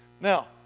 Now